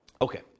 Okay